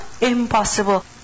impossible